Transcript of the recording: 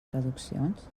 traduccions